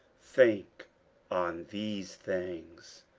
think on these things.